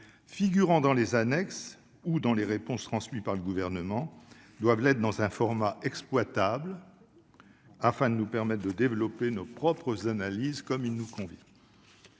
figurant dans les annexes ou dans les réponses transmises par le Gouvernement doit être disponible dans un format exploitable, afin de nous permettre de développer nos propres analyses comme il convient.